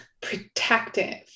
protective